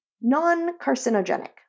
non-carcinogenic